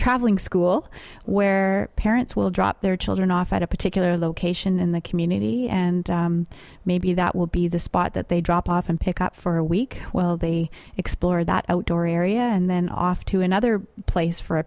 traveling school where parents will drop their children off at a particular location in the community and maybe that will be the spot that they drop off and pick up for a week well they explore that outdoor area and then off to another place for a